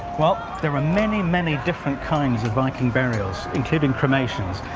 well there are many many different kinds of viking burials, including cremations,